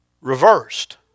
reversed